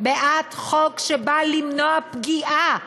בעד חוק שבא למנוע פגיעה,